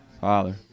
Father